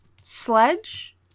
Sledge